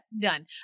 done